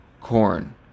corn